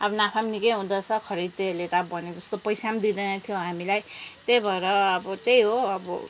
अब नाफा पनि निकै हुँदोरहेछ खरिदेहरूले त अब भनेको जस्तो पैसा पनि दिँदैन थियो हामीलाई त्यही भएर अब त्यही हो अब